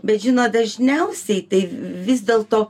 bet žino dažniausiai tai vis dėl to